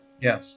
Yes